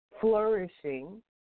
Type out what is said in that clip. flourishing